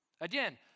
Again